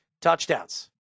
touchdowns